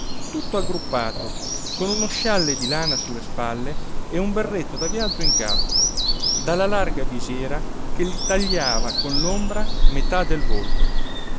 tutto aggruppato con uno scialle di lana su le spalle e un berretto da viaggio in capo dalla larga visiera che gli tagliava con l'ombra metà del volto